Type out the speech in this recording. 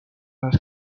las